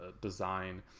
design